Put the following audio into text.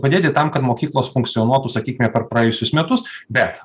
padėti tam kad mokyklos funkcionuotų sakykime per praėjusius metus bet